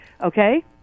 okay